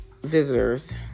visitors